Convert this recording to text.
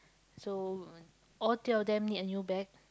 so all three of them need a new bag